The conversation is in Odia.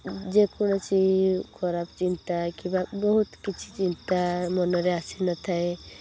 ଯେ କୌଣସି ଖରାପ ଚିନ୍ତା କିମ୍ବା ବହୁତ କିଛି ଚିନ୍ତା ମନରେ ଆସିନଥାଏ